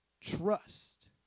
trust